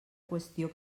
qüestió